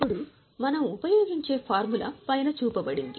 ఇప్పుడు మనం ఉపయోగించే ఫార్ములా పైన చూపబడింది